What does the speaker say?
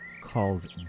called